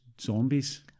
zombies